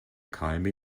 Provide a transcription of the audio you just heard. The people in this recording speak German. keime